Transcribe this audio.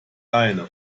eine